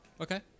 Okay